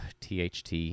THT